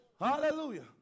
Hallelujah